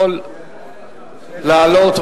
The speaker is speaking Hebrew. יכול לעלות,